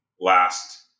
last